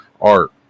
art